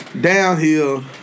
downhill